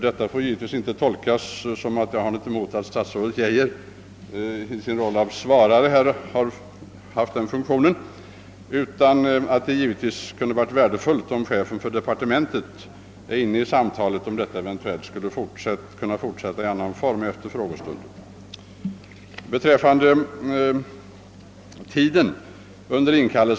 Detta får emellertid inte tolkas så att jag har något emot statsrådet Geijers funktion som svarare; jag menar bara att det hade varit värdefullt om departementschefen hade varit inne i samtalet, om detta eventuellt skulle fortsätta i annan form efter denna frågestund.